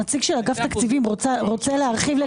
הנציג של אגף תקציבים רוצה להרחיב.